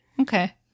Okay